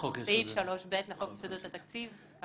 מסעיף 3ב לחוק יסודות התקציב.